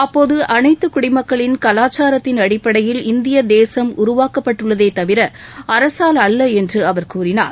அப்போது அனைத்து குடிமக்களின் கலாச்சாரத்தின் அடிப்படையில் இந்திய தேசம் உருவாக்கப்பட்டுள்ளதே தவிர அரசால் அல்ல என்று அவர் கூறினார்